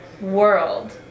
world